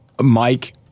Mike